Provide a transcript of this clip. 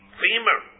femur